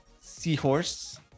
seahorse